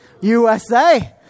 USA